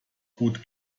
gut